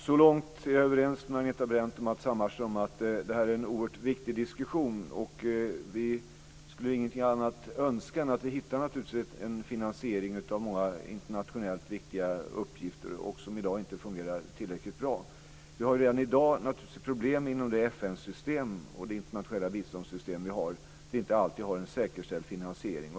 Fru talman! Det här är en oerhört viktig diskussion - så långt är jag överens med Agneta Brendt och Matz Hammarström. Vi skulle naturligtvis inget hellre önska än att vi hittade en finansiering av många internationellt viktiga uppgifter där det i dag inte fungerar tillräckligt bra. Redan i dag har vi problem inom FN-systemet och det internationella biståndssystemet. Det är inte alltid som vi har en säkerställd finansiering.